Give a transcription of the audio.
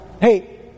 Hey